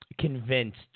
convinced